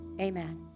Amen